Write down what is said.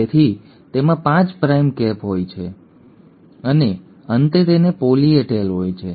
તેથી તેમાં 5 prime cap હોય છે અને અંતે તેને પોલી એ ટેલ હોય છે